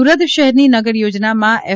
સુરત શહેરની નગર યોજનાઓમાં એફ